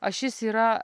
ašis yra